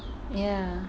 ya